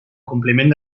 compliment